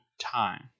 time